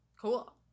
Cool